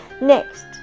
Next